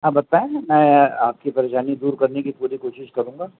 ہاں بتائیں میں آپ کی پریشانی دور کرنے کی پوری کوشش کروں گا